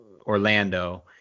Orlando